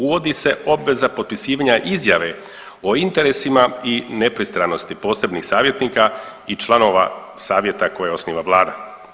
Uvodi se obveza potpisivanja izjave o interesima i nepristranosti posebnih savjetnika i članova savjeta koje osniva vlada.